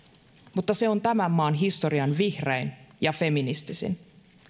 mutta se on tämän maan historian vihrein ja feministisin